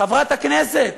חברת הכנסת,